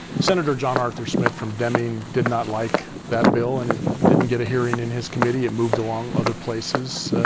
senator john arthur smith from deming, did not like that bill, and ah didn't get a hearing in his committee, it moved along other places.